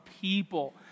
people